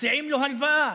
מציעים לו הלוואה.